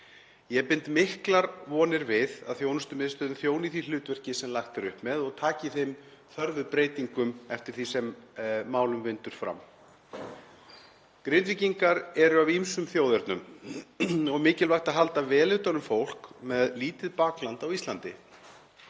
Ég bind miklar vonir við að þjónustumiðstöðin þjóni því hlutverki sem lagt er upp með og taki þeim breytingum sem þörf er á eftir því sem málum vindur fram. Grindvíkingar eru af ýmsum þjóðernum og mikilvægt að halda vel utan um fólk með lítið bakland á Íslandi.